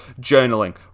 journaling